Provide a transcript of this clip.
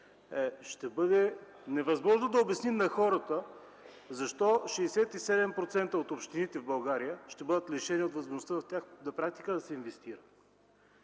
ще бъде невъзможно да обясним на хората защо 67% от общините в България ще бъдат лишени от възможността в тях на практика да се инвестира.